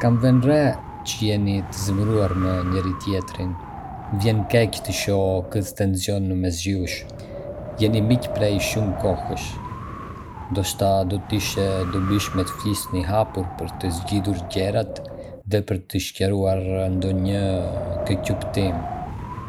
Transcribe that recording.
Kam vënë re që jeni të zemëruar me njëri-tjetrin... më vjen keq të shoh këtë tension mes jush. Jeni miq prej shumë kohësh, ndoshta do të ishte e dobishme të flisni hapur për të zgjidhur gjërat dhe për të sqaruar ndonjë keqkuptim.